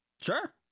sure